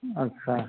अच्छा